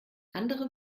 andere